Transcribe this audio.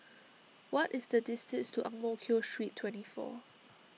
what is the distance to Ang Mo Kio Street twenty four